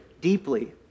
deeply